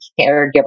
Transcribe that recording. caregiver